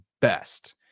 best